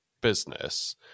business